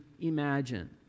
imagine